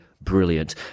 brilliant